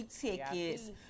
tickets